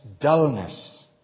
dullness